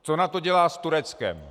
Co NATO dělá s Tureckem?